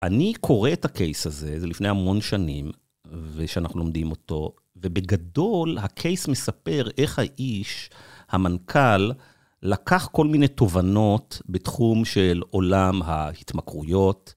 אני קורא את הקייס הזה, זה לפני המון שנים ושאנחנו לומדים אותו, ובגדול, הקייס מספר איך האיש, המנכ״ל, לקח כל מיני תובנות בתחום של עולם ההתמכרויות.